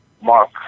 Mark